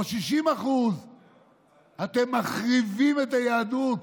או 60%. אתם מחריבים את היהדות.